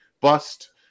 bust